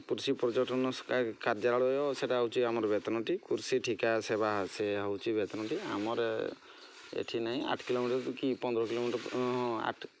କୃଷି ପର୍ଯ୍ୟଟନ କାର୍ୟାଳୟ ସେଇଟା ହେଉଛି ଆମର ବେତନଠି କୃଷି ଠିକା ସେବା ସେ ହେଉଛି ବେତନଠି ଆମର ଏଠି ନାହିଁ ଆଠ କିଲୋମିଟର୍ କି ପନ୍ଦର କିଲୋମିଟର୍ ହଁ ହଁ